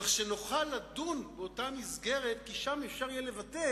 כך שנוכל לדון באותה מסגרת, כי שם אפשר יהיה לבטא